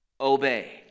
obey